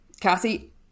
Cassie